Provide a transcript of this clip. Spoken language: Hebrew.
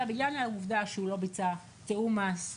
אלא בגלל העובדה שהוא לא ביצע תיאום מס,